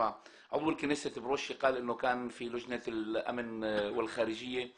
יש מישהו שעדיין לא נתנו לו לדבר ורוצה להגיד מילה?